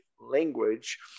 language